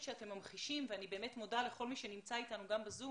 שאתם ממחישים ואני באמת מודה לכל מי שנמצא אתנו גם ב-זום